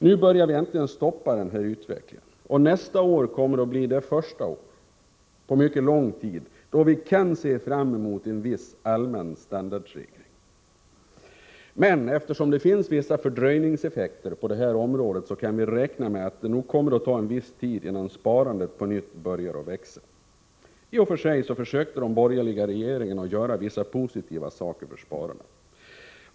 Nu börjar vi äntligen stoppa denna utveckling, och nästa år kommer att bli det första året på mycket lång tid då vi kan se fram mot en viss allmän standardstegring. Men eftersom det på detta område finns vissa fördröjningseffekter, kan vi räkna med att det nog dröjer innan sparandet på nytt börjar växa. I och för sig försökte även de borgerliga regeringarna göra vissa positiva saker för spararna.